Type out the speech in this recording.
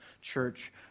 church